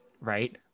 Right